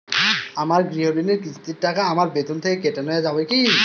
আমার গৃহঋণের কিস্তির টাকা আমার বেতন থেকে কেটে নেওয়া যাবে কি?